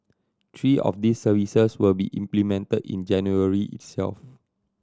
three of these services will be implemented in January itself